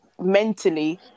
mentally